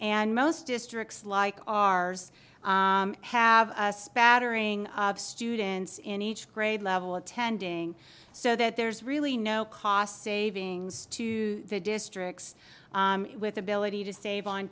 and most districts like ours have spattering students in each grade level attending so that there's really no cost savings to the districts with ability to save on